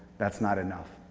that's not enough.